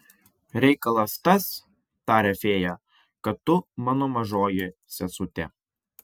reikalas tas taria fėja kad tu mano mažoji sesutė